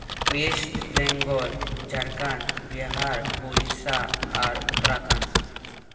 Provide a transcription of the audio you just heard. west Bengal Jharkhand Bihar Orissa ᱟᱨ ᱩᱛᱛᱚᱨᱟᱠᱷᱚᱱᱰ